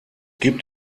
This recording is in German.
gibt